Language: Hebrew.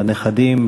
לנכדים,